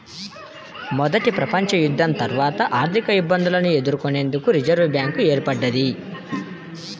మొదటి ప్రపంచయుద్ధం తర్వాత ఆర్థికఇబ్బందులను ఎదుర్కొనేందుకు రిజర్వ్ బ్యాంక్ ఏర్పడ్డది